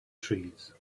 trees